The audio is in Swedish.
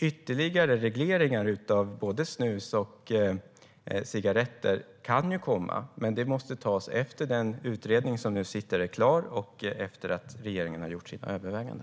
Ytterligare regleringar av både snus och cigaretter kan ju komma, men det måste tas efter den utredning som nu är klar och efter att regeringen har gjort sitt övervägande.